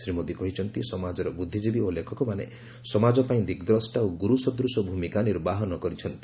ଶ୍ରୀ ମୋଦି କହିଛନ୍ତି ସମାଜର ବୁଦ୍ଧିଜୀବୀ ଓ ଲେଖକମାନେ ସମାଜ ପାଇଁ ଦିଗ୍ଦ୍ରଷ୍ଟା ଓ ଗୁରୁ ସଦୃଶ ଭୂମିକା ନିର୍ବାହନ କରିଛନ୍ତି